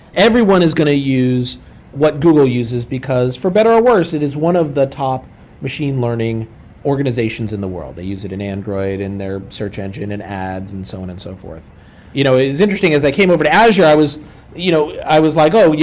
everyone is going to use what google uses, because for better or worse, it is one of the top machine learning organizations in the world. they use it in android, in their search engine and ads and so on and so forth you know it's interesting, as i came over to azure i was you know i was like, oh, yeah